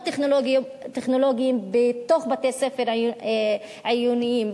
טכנולוגיות בתוך בתי-ספר העיוניים,